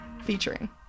featuring